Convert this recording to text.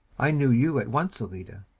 i knew you at once, ellida.